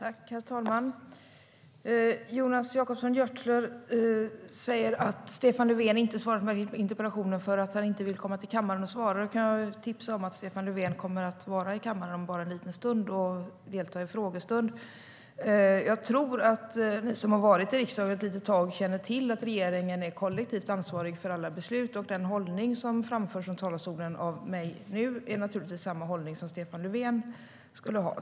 Herr talman! Jonas Jacobsson Gjörtler säger att Stefan Löfven inte har svarat på interpellationen därför att han inte vill komma till kammaren och svara. Jag kan tipsa om att Stefan Löfven kommer att vara i kammaren om bara en liten stund och delta i frågestunden. Jag tror att ni som har varit i riksdagen ett litet tag känner till att regeringen är kollektivt ansvarig för alla beslut. Den hållning som nu framförs av mig i talarstolen är naturligtvis samma hållning som Stefan Löfven skulle ha.